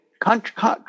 country